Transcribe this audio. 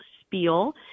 spiel